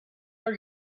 are